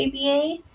aba